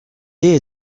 est